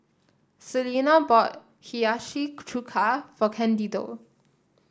Selena bought Hiyashi Chuka for Candido